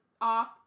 off